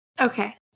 Okay